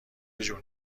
جون